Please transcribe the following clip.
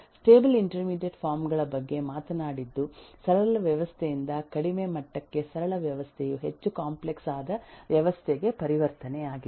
stable intermediate form ಗಳ ಬಗ್ಗೆ ಮಾತನಾಡಿದ್ದು ಸರಳ ವ್ಯವಸ್ಥೆಯಿಂದ ಕಡಿಮೆ ಮಟ್ಟಕ್ಕೆ ಸರಳ ವ್ಯವಸ್ಥೆಯು ಹೆಚ್ಚು ಕಾಂಪ್ಲೆಕ್ಸ್ ಆದ ವ್ಯವಸ್ಥೆಗೆ ಪರಿವರ್ತನೆಯಾಗಿದೆ